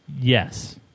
Yes